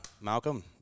malcolm